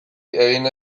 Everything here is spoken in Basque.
egin